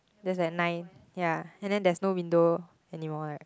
there's a nine ya and then there's no window anymore right